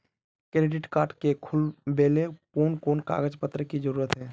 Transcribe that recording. Credit card के खुलावेले कोन कोन कागज पत्र की जरूरत है?